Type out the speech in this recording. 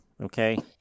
okay